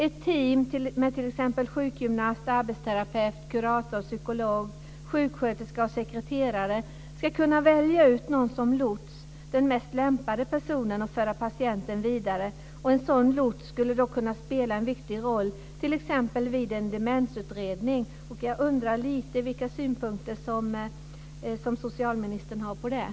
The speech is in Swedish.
Ett team med t.ex. sjukgymnast, arbetsterapeut, kurator, psykolog, sjuksköterska och sekreterare ska kunna välja ut någon som lots - den mest lämpade personen för att följa patienten vidare. En sådan lots skulle kunna spela en viktig roll t.ex. vid en demensutredning. Jag undrar vilka synpunkter som socialministern har på detta.